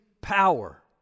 power